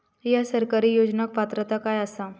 हया सरकारी योजनाक पात्रता काय आसा?